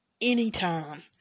anytime